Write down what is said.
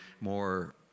more